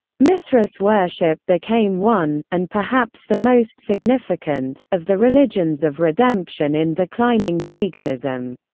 mithras-worship became one, and perhaps the most significant, of the religions of redemption in declining paganism.